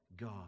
God